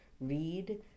read